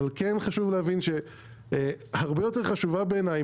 אבל כן חשוב להבין שהרבה יותר חשובה בעיניי